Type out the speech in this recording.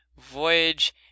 Voyage